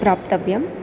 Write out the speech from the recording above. प्राप्तव्यम्